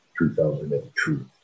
2002